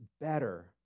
better